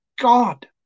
god